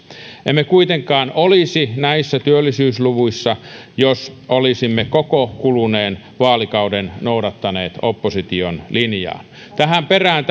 emme kuitenkaan olisi näissä työllisyysluvuissa jos olisimme koko kuluneen vaalikauden noudattaneet opposition linjaa tähän perään